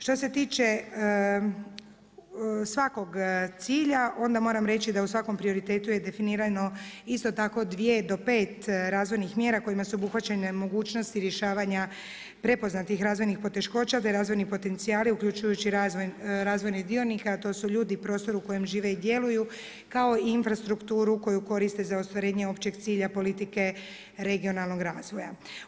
Što se tiče svakog cilja onda moram reći da u svakom prioritetu je definirano isto tako dvije do pet razvojnih mjera kojima su obuhvaćene mogućnosti rješavanja prepoznatih razvojnih poteškoća te razvojni potencijali uključujući razvojnih dionika, a to su ljudi i prostor u kojem žive i djeluju kao i infrastrukturu koju koriste za ostvarenje općeg cilja politike regionalnog razvoja.